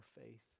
faith